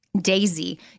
Daisy